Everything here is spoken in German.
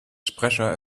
sprecher